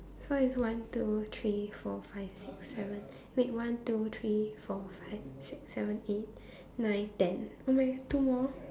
so it's one two three four five six seven wait one two three four five six seven eight nine ten oh my two more